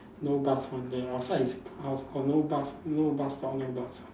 no bus one there outside is out out no bus no bus stop no bus stop